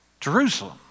Jerusalem